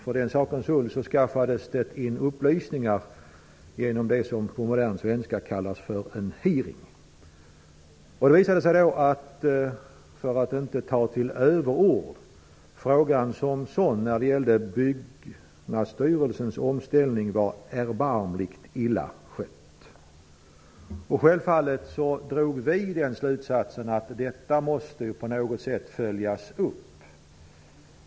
För den sakens skull skaffades in upplysningar genom det som på modern svenska kallas för en hearing. Det visade sig då, för att inte ta till överord, att frågan som sådan, dvs. Byggnadsstyrelsens omställning, var erbarmligt illa skött. Självfallet drog vi den slutsatsen att detta på något sätt måste följas upp.